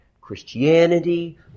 Christianity